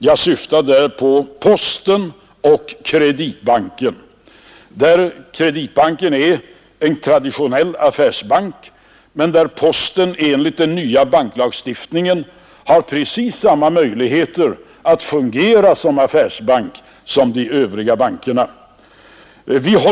Jag syftar på Postbanken och Kreditbanken. Kreditbanken är en traditionell affärsbank men Postbanken har enligt den nya banklagstiftningen precis samma möjligheter att fungera som affärsbank som de övriga bankerna.